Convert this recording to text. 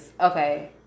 Okay